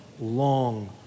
long